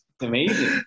Amazing